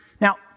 Now